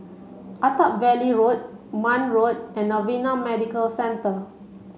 Attap Valley Road Marne Road and Novena Medical Centre